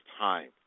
time